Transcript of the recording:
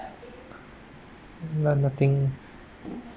none nothing